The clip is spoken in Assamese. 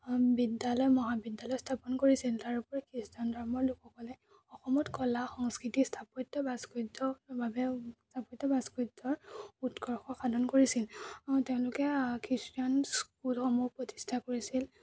বিদ্যালয় মহাবিদ্যালয় স্থাপন কৰিছিল তাৰোপৰি খ্ৰীষ্টান ধৰ্মৰ লোকসকলে অসমত কলা সংস্কৃতি স্থাপত্য ভাস্কৰ্য্য় বাবে স্থাপত্য ভাস্কৰ্য্য়ৰ উৎকৰ্ষ সাধন কৰিছিল তেওঁলোকে খ্ৰীষ্টান স্কুলসমূহ প্ৰতিষ্ঠা কৰিছিল